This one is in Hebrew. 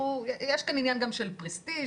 יש גם עניין של פרסטיז',